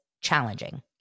challenging